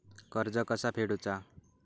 कर्ज कसा फेडुचा?